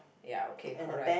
ya okay correct